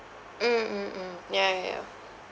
mm mm mm ya ya ya